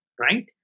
right